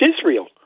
Israel